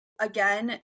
again